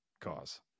cause